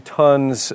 tons